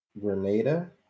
Grenada